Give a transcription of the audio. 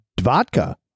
vodka